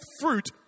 fruit